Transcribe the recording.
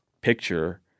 picture